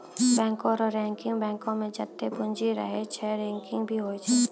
बैंको रो रैंकिंग बैंको मे जत्तै पूंजी रहै छै रैंकिंग भी होय छै